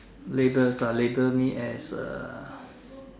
labels ah label me as a